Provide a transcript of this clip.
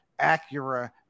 Acura